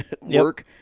work